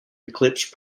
eclipse